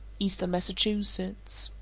eastern massachusetts.